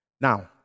Now